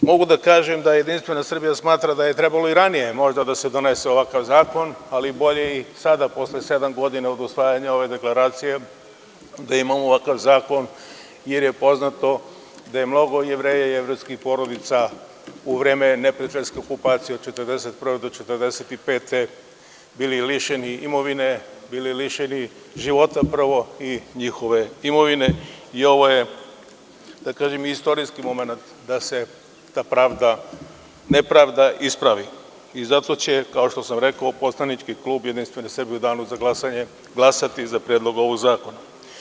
Mogu da kažem da Jedinstvena Srbija smatra da je trebalo i ranije da se donese ovaj zakon, ali bolje i sada posle sedam godina od usvajanja ove deklaracije da imamo ovakav zakon, jer je poznato da je mnogo Jevreja i jevrejskih porodica u vreme neprijateljske okupacije od 1941. do 1945. bilo lišeno njihove imovine, života i ovo je istorijski momenat da se ta nepravda ispravi i zato će, kao što sam rekao, poslanički klub Jedinstvene Srbije u Danu za glasanje glasati za Predlog ovog zakona.